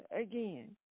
again